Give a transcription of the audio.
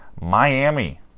Miami